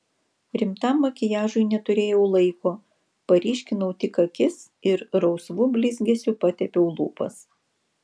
rimtam makiažui neturėjau laiko paryškinau tik akis ir rausvu blizgesiu patepiau lūpas